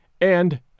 and